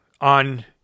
on